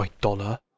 dollar